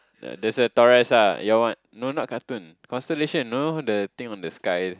that's the Taurus lah yea one no not cartoon constellation know the thing on the sky